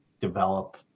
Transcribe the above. develop